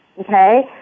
okay